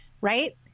right